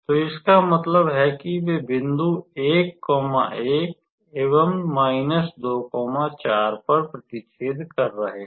तो इसका मतलब है कि वे बिंदु 1 1 एवं 2 4 पर प्रतिच्छेद कर रहे हैं